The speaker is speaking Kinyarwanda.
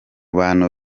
bantu